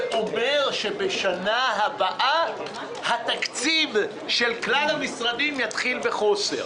זה אומר שבשנה הבאה התקציב של כלל המשרדים יתחיל בחוסר